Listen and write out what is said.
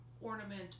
ornament